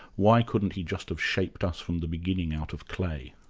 why couldn't he just have shaped us from the beginning out of clay?